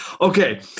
Okay